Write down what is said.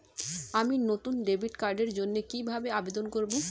আমি নতুন ডেবিট কার্ডের জন্য কিভাবে আবেদন করব?